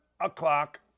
o'clock